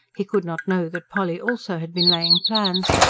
he could not know that polly also had been laying plans,